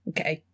Okay